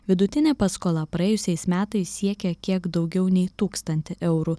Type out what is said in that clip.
vidutinė paskola praėjusiais metais siekė kiek daugiau nei tūkstantį eurų